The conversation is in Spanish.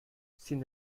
sin